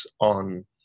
on